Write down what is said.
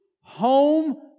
home